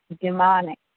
demonic